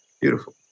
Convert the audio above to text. beautiful